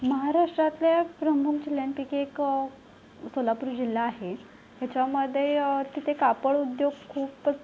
महाराष्ट्रातल्या प्रमुख जिल्ह्यांपैकी एक सोलापूर जिल्हा आहे त्याच्यामध्ये तिथे कापड उद्योग खूपच